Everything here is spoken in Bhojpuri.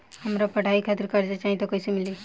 हमरा पढ़ाई खातिर कर्जा चाही त कैसे मिली?